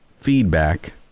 feedback